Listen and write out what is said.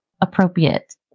appropriate